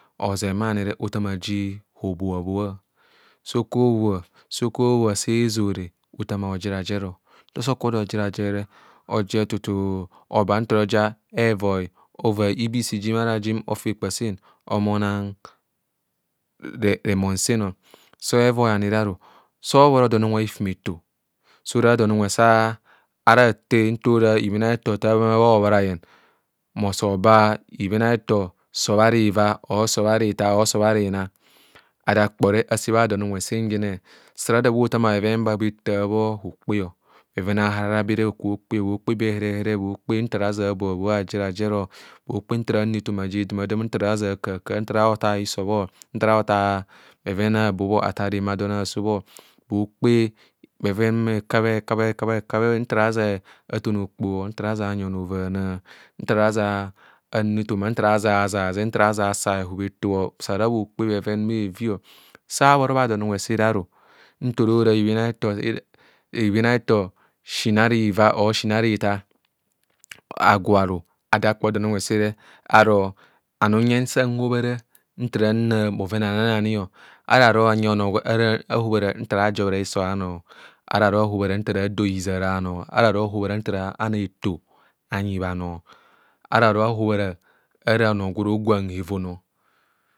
Ozeng bha anire othaama ji hobha bhoa, sa okubho obhoa sa ezoore, othaama hojera jerọ nta oso okubho ojare jere, ojer tutu oba nta ora ova ibiisi jim arajim ofi rekpa sen ohumo onang remonseno. Sa evoi anire aru so obhoro don unwe a hifumeto sa ora don unwe sa ara athee nta ara ibhebato thaama bha hobho rayen ohino oso bha sob ara iiva, or sobare iijhaar, or sob ara iina, ada akpo re ase bha don unwe senjene sạ ara adạ bhothaama bheven ba bhe thaa bho hokpe. Bhokpe be herehere, bhokpe nta ara azen abhoa bhoa, ajerajero. Bhokpe nta ara anu ethoma ja edamadam ọ. Nta ara aʒen akahakaha, nta ara aothaa hisọ bhọ. Athaa rema on aaso bho. Bhokpe bheven hekabhe hekabhe, he kabhe, hekabhe, nta ara aʒen athọn okpohọ, nta ara aʒen anyi ọnọọ hovaana, nta ara aʒen anu ethoma, nta ara aʒen azeze nta ara aʒen asa hehub eto.